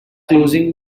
closing